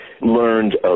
learned